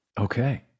Okay